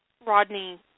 Rodney